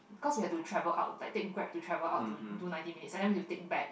because we had to travel out like take Grab to travel out to do ninety minutes and then we have to take back